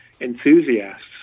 enthusiasts